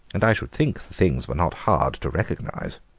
and i should think the things were not hard to recognise.